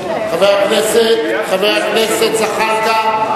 חבר הכנסת זחאלקה,